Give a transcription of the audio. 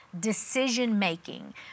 decision-making